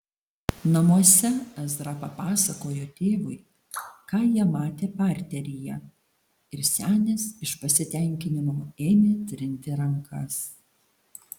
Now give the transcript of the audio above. namuose ezra papasakojo tėvui ką jie matę parteryje ir senis iš pasitenkinimo ėmė trinti rankas